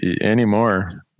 anymore